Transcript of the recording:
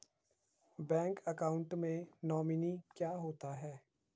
Bank account में nominee क्या होता है?